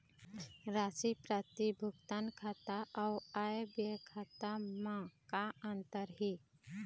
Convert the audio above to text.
राशि प्राप्ति भुगतान खाता अऊ आय व्यय खाते म का अंतर हे?